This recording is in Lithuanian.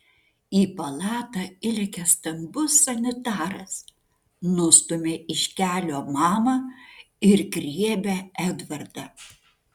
į palatą įlekia stambus sanitaras nustumia iš kelio mamą ir griebia edvardą